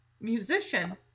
musician